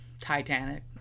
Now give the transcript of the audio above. Titanic